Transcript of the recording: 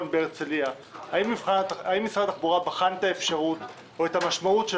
בהרצליה: האם משרד התחבורה בחן לעומק את האפשרות ואת המשמעות של